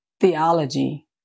theology